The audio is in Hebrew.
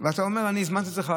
אתה אומר: אני הזמנתי אצלך,